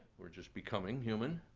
we're just becoming human.